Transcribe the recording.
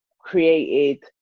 created